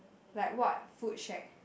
like what food shack